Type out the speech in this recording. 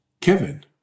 Kevin